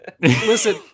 Listen